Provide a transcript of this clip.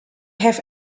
have